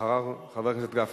חבר הכנסת גפני,